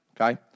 Okay